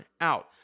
out